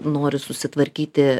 nori susitvarkyti